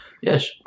yes